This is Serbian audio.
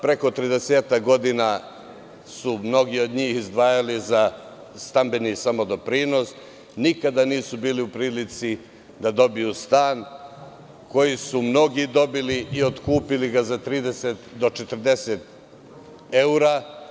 Preko 30-ak godina su mnogi od njih izdvajali za stambeni samodoprinos, nikada nisu bili u prilici da dobiju stan koje su mnogi dobili i otkupili ga za 30 do 40 evra.